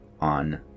on